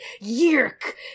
yerk